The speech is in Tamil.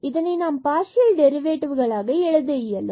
இதனை நாம் பார்சியல் டெரிவேட்டிவ்களாக எழுத இயலும்